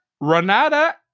Renata